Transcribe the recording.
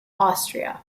austria